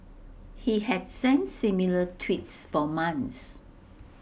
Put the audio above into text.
he had sent similar tweets for months